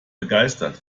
begeistert